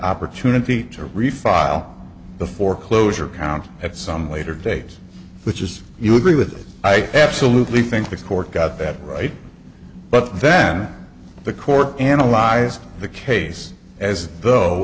opportunity to refile the foreclosure count at some later date which is you agree with i absolutely think the court got that right but then the court analyzed the case as though